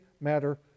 matter